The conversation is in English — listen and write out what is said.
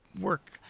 work